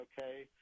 okay